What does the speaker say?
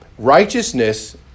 Righteousness